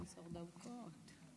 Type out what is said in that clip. עשר דקות.